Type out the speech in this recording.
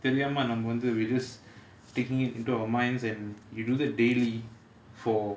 தெரியாம நம்ம வந்து:theriyaama namma vanthu we're just taking it into our minds and you do that daily for